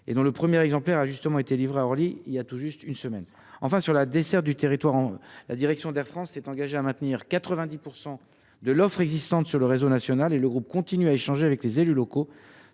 et dont le premier exemplaire été livré à Orly il y a tout juste une semaine. Enfin, pour ce qui est de la desserte du territoire, la direction d’Air France s’est engagée à maintenir 90 % de l’offre existante sur le réseau national et le groupe continue d’avoir des discussions avec les élus locaux